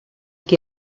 que